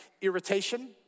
irritation